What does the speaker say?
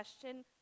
question